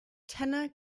tanner